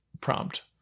prompt